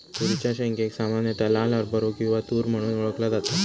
तुरीच्या शेंगेक सामान्यता लाल हरभरो किंवा तुर म्हणून ओळखला जाता